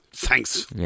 Thanks